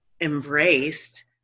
embraced